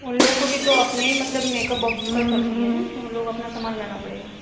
उन लोग को भी तो अपने ही मतलब मेकअप बॉक्स कर सकती है ना कि उन लोग अपना समान लाना पड़ेगा